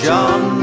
John